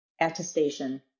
attestation